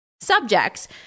subjects